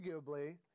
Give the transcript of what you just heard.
arguably